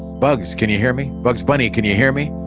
bugs, can you hear me? bugs bunny can you hear me?